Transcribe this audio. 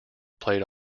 played